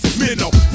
minnow